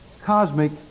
cosmic